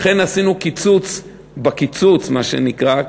לכן עשינו קיצוץ בקיצוץ, מה שנקרא,